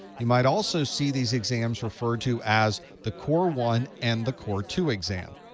you might also see these exams referred to as the core one and the core two exam.